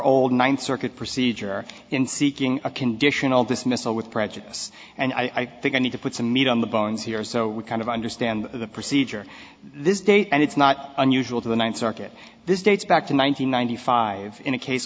old ninth circuit procedure in seeking a conditional dismissal with prejudice and i think i need to put some meat on the bones here so we kind of understand the procedure this date and it's not unusual to the ninth circuit this dates back to one thousand nine hundred five in a case